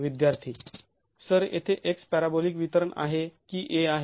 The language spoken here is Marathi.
विद्यार्थी सर येथे x पॅराबोलीक वितरण आहे की a आहे